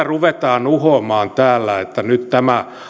ruvetaan uhoamaan täällä että nyt tämä